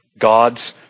God's